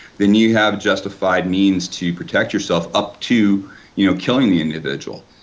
then you have justified means to protect yourself up to you know killing the individual.